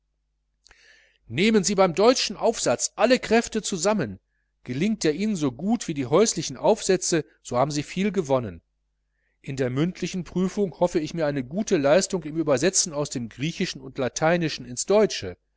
nehmen sie beim deutschen aufsatz alle kräfte zusammen gelingt der ihnen so gut wie die häuslichen aufsätze so haben sie viel gewonnen in der mündlichen prüfung hoffe ich mir eine gute leistung im übersetzen aus dem griechischen und lateinischen ins deutsche